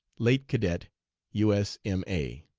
late cadet u s m a.